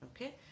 Okay